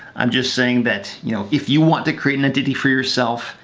i'm just saying that, you know, if you want to create an entity for yourself,